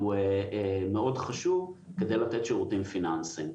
שהוא מאוד חשוב על מנת לתת שירותים פיננסיים.